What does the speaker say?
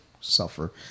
suffer